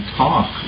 talk